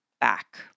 back